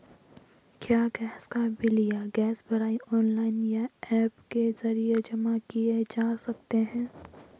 क्या गैस का बिल या गैस भराई ऑनलाइन या ऐप के जरिये जमा किये जा सकते हैं?